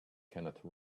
cannot